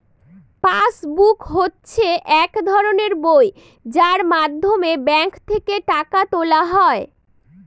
pass book হচ্ছে এক ধরনের বই যার মাধ্যমে ব্যাঙ্ক থেকে টাকা তোলা হয়